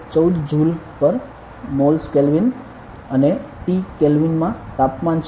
314 joule per moles kelvin અને T kelvin મા તાપમાન છે